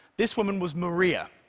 this woman was maria,